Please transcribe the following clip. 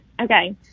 okay